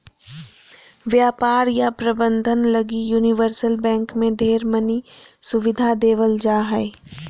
व्यापार या प्रबन्धन लगी यूनिवर्सल बैंक मे ढेर मनी सुविधा देवल जा हय